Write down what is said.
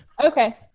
okay